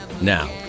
Now